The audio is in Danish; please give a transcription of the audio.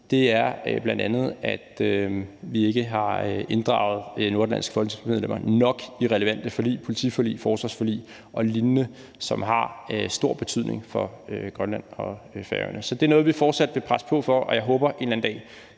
at vi bl.a. ikke har inddraget de nordatlantiske folketingsmedlemmer nok i relevante forlig, politiforlig, forsvarsforlig og lignende, som har stor betydning for Grønland og Færøerne. Så det er noget, vi fortsat vil presse på for, og jeg håber, at det en eller anden dag